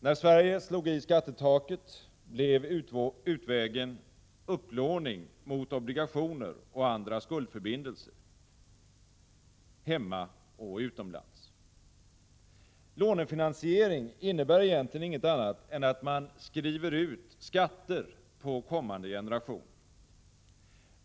När Sverige slog i skattetaket, blev utvägen upplåning mot obligationer och andra skuldförbindelser, både hemma och utomlands. Lånefinansiering innebär egentligen inget annat än att man skriver ut skatter på kommande generationer.